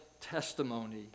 testimony